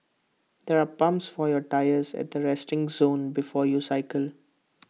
there are pumps for your tyres at the resting zone before you cycle